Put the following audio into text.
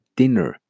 dinner